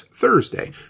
Thursday